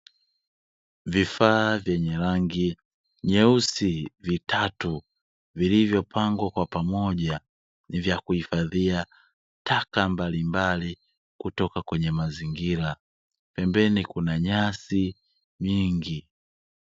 Vifaa vyenye rangi nyeusi vitatu, vilivyopangwa kwa pamoja vya kuhifadhia taka mbalimbali, kutoka kwenye mazingira pembeni kuna nyasi nyingi.